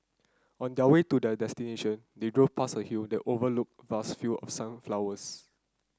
on their way to their destination they drove past a hill that overlooked vast field of sunflowers